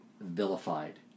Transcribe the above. vilified